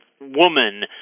woman